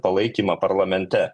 palaikymą parlamente